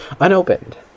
unopened